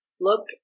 Look